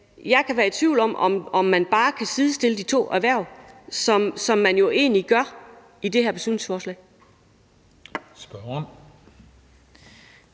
jeg kan være i tvivl om, om man bare kan sidestille de to hverv, som man jo egentlig gør i det her beslutningsforslag.